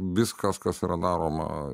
viskas kas yra daroma